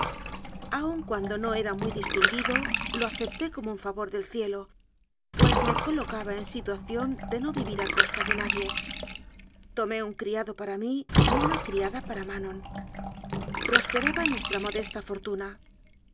aun cuando no era muy dis tinguido lo acepté como un favor del cielo pues me colocaba en situación de no vivir a costa de nadie tomé un criado para mí y una criada para manon prosperaba nuestra modesta fortuna